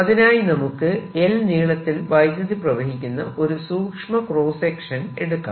അതിനായി നമുക്ക് l നീളത്തിൽ വൈദ്യുതി പ്രവഹിക്കുന്ന ഒരു സൂക്ഷ്മ ക്രോസ്സ് സെക്ഷൻ എടുക്കാം